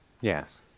Yes